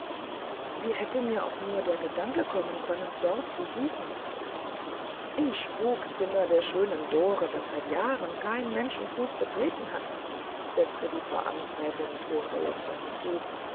wie hätte mir auch nur der gedanke kommen können dort zu suchen im spukzimmer der schönen dore das seit jahren kein menschenfuß betreten hat setzte die frau amtsrätin mit hohnlächeln hinzu